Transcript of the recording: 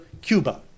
Cuba